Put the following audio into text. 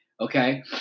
Okay